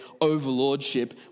overlordship